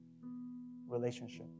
Relationship